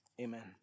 Amen